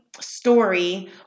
story